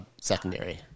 secondary